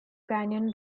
canyon